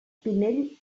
pinell